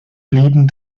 blieben